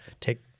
take